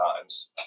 times